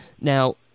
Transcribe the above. Now